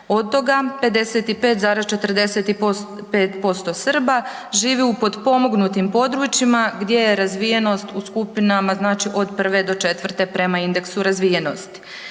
Od toga 55,45% Srba živi u potpomognutim područjima gdje je razvijenost u skupinama, znači od 1. do 4. prema indeksu razvijenosti.